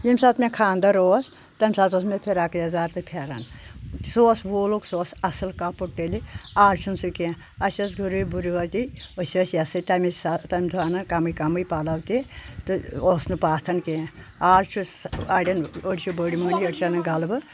ییٚمہِ ساتہٕ مےٚ خانٛدر اوس تمہِ ساتہٕ اوس مےٚ پھراک یَزار تہٕ پھیرن سُہ اوس ووٗلُک سُہ اوس اَصٕل کپُر تیٚلہِ آز چھُنہٕ سُہ کینٛہہ اسہِ ٲس غُرے بُروٲتی أسۍ ٲسۍ یہِ ہَسا تَمہِ ساتہٕ تَمہِ دۄہ اَنَن کمٕے کمٕے پَلو تہِ تہٕ اوس نہٕ پاتَھن کینٛہہ آز چھُ اڑؠن أڑۍ چھِ بٔڑۍ مٔوٚہنِی أڑۍ چھِ اَنان غلبہٕ